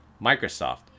Microsoft